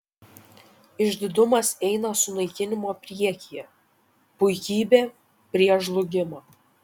išdidumas eina sunaikinimo priekyje puikybė prieš žlugimą